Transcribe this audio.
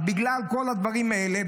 בגלל כל הדברים האלה,